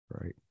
Right